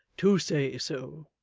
to say so.